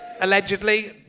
allegedly